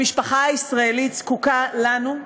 המשפחה הישראלית זקוקה לנו,